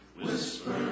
whisper